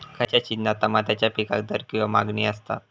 खयच्या सिजनात तमात्याच्या पीकाक दर किंवा मागणी आसता?